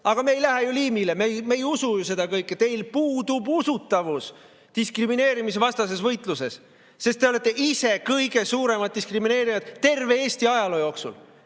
Aga me ei lähe ju liimile. Me ei usu ju seda kõike. Teil puudub usutavus diskrimineerimisvastases võitluses, sest te olete ise kõige suuremad diskrimineerijad terve Eesti ajaloo jooksul.